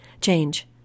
change